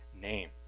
name